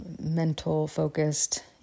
mental-focused